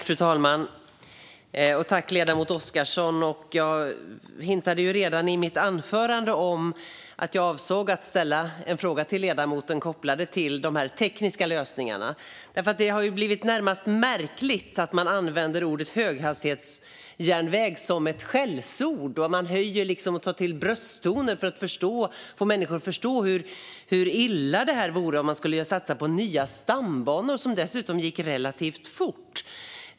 Fru talman! Jag tackar ledamoten Oscarsson. Jag hintade redan i mitt anförande om att jag avsåg att ställa en fråga till ledamoten kopplad till de tekniska lösningarna. Det är märkligt att ordet höghastighetsjärnväg numera används som närmast ett skällsord och att man tar till brösttoner för att få människor att förstå hur illa det vore att satsa på nya stambanor där tågen går relativt fort.